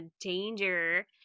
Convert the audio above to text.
danger